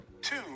Two